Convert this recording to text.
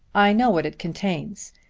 i know what it contains.